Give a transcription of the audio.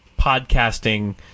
podcasting